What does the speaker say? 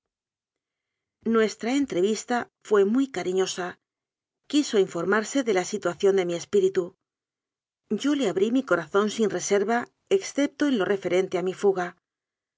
nuestra entrevista fué muy cariñosa quiso in formarse de la situación de mi espíritu yo le abrí mi corazón sin reserva excepto en lo referente a mi fuga